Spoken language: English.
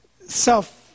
self